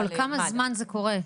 כל כמה זמן זה קורה?